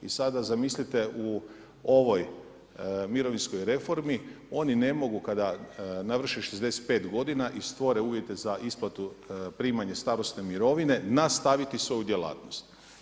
I sad zamislite u ovoj mirovinskoj reformi oni ne mogu kada navrše 65 godina i stvore uvjete za isplatu primanje starosne mirovine nastaviti svoju djelatnost.